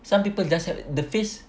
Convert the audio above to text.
some people just ha~ the face